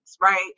right